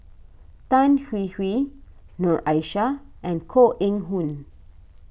Tan Hwee Hwee Noor Aishah and Koh Eng Hoon